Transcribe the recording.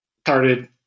started